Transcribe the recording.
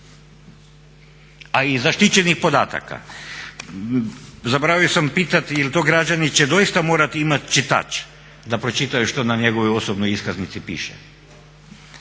a i zaštićenih podataka. Zaboravio sam pitati jer to građani će doista morati imati čitač da pročitaju što na njegovoj osobnoj iskaznici piše?